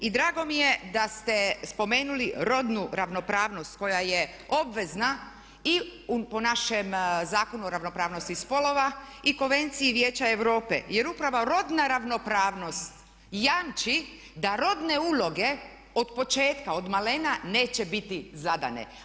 I drago mi je ste spomenuli rodnu ravnopravnost koja je obvezna i po našem Zakonu o ravnopravnosti spolova i konvenciji Vijeća Europe jer upravo rodna ravnopravnost jamči da rodne uloge od početka, od malena neće biti zadane.